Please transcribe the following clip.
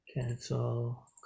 Cancel